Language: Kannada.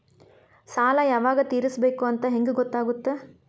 ಸಾಲ ಯಾವಾಗ ತೇರಿಸಬೇಕು ಅಂತ ಹೆಂಗ್ ಗೊತ್ತಾಗುತ್ತಾ?